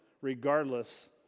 regardless